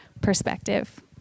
perspective